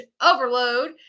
Overload